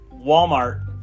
Walmart